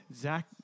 Zach